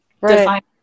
Right